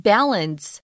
Balance